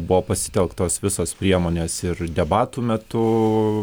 buvo pasitelktos visos priemonės ir debatų metu